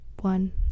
one